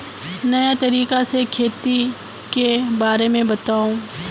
नया तरीका से खेती के बारे में बताऊं?